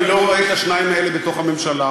אני לא רואה את השניים האלה בתוך הממשלה.